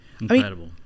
Incredible